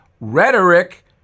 rhetoric